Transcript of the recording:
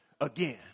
again